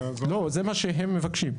לא, זה מה שהם מבקשים.